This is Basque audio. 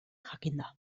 jakinda